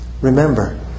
remember